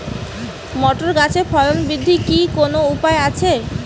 Motor গাছের ফলন বৃদ্ধির কি কোনো উপায় আছে?